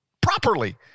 properly